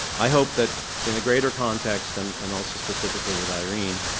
i hope that in the greater context, and and also specifically with irene,